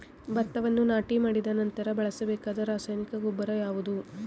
ಭತ್ತವನ್ನು ನಾಟಿ ಮಾಡಿದ ನಂತರ ಬಳಸಬೇಕಾದ ರಾಸಾಯನಿಕ ಗೊಬ್ಬರ ಯಾವುದು?